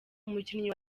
umukinnyi